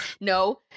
No